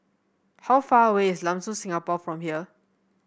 how far away is Lam Soon Singapore from here